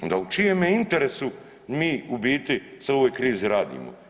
Ona u čijemu interesu mi u biti se u ovoj krizi radimo.